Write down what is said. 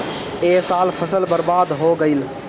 ए साल फसल बर्बाद हो गइल